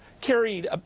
carried